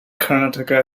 karnataka